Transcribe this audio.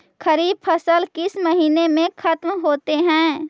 खरिफ फसल किस महीने में ख़त्म होते हैं?